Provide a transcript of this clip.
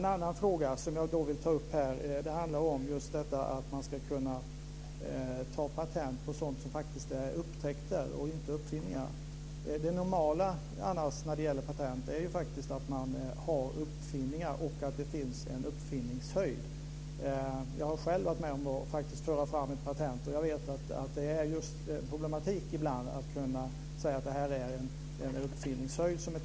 En annan fråga som jag vill ta upp gäller om man ska kunna ta patent på sådant som är upptäckter och inte uppfinningar. Det normala är att man tar patent på uppfinningar med en viss uppfinningshöjd. Jag har själv varit med om att föra fram ett patent. Jag vet att det kan vara problem med tillräcklig uppfinningshöjd.